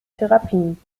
therapien